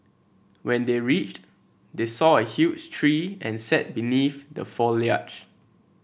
when they reached they saw a huge tree and sat beneath the foliage